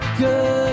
good